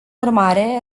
urmare